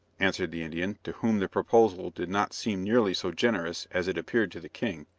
answered the indian, to whom the proposal did not seem nearly so generous as it appeared to the king,